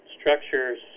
Structures